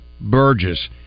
Burgess